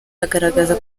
agaragaza